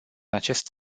acest